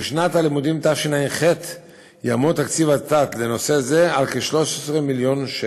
ובשנת הלימודים תשע"ח יעמוד תקציב ות"ת לנושא זה על כ-13 מיליון שקל.